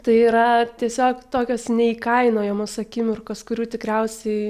tai yra tiesiog tokios neįkainojamos akimirkos kurių tikriausiai